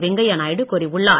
வெங்கையாநாயுடு கூறியுள்ளார்